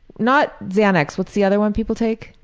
not xanax, what's the other one people take?